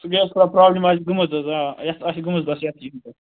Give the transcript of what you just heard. سُہ گٔیَس تھوڑا پرٛابلِم آسہِ گٔمٕژ حظ آ یَتھ آسہِ گٔمٕژ